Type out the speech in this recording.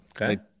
Okay